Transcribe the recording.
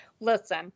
Listen